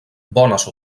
bones